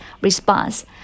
response